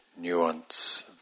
nuance